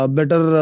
Better